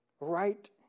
Right